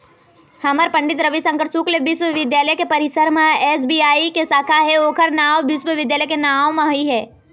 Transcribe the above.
हमर पंडित रविशंकर शुक्ल बिस्वबिद्यालय के परिसर म एस.बी.आई के साखा हे ओखर नांव विश्वविद्यालय के नांव म ही है